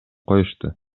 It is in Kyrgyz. коюшту